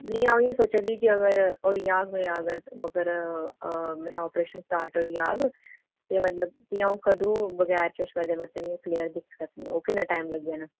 नेईं अं'ऊ इ'यै सोचा दी ही कि अगर होई जाग मेरा अगर उद्धर अ अऽ मेरा अपरेशन स्टार्ट होई जाग ते मतलब कि अं'ऊ कदूं बगैर चश्मे दे मतलब इ'यां क्लीयर दिक्खी सकनी ओह् किन्ना टैम लग्गी जाना